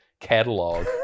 catalog